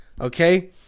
Okay